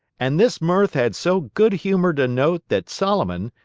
and this mirth had so good-humored a note that solomon,